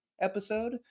episode